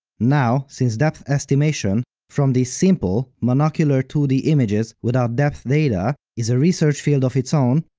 now, since depth estimation from these simple, monocular two d images without depth data is a research field of its own,